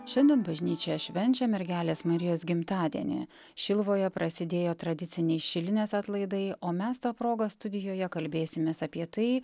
šiandien bažnyčia švenčia mergelės marijos gimtadienį šiluvoje prasidėjo tradiciniai šilinės atlaidai o mes ta proga studijoje kalbėsimės apie tai